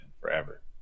forever